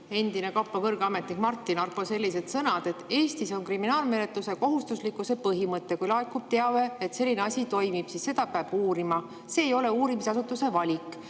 endine kõrge ametnik Martin Arpo sellised sõnad: "Eestis on kriminaalmenetluse kohustuslikkuse põhimõte. Kui laekub teave, et selline asi toimub, siis seda peab uurima. See ei ole uurimisasutuse valik."